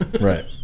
Right